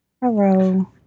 Hello